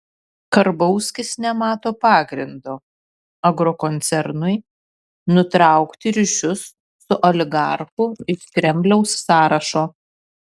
karbauskis nemato pagrindo agrokoncernui nutraukti ryšius su oligarchu iš kremliaus sąrašo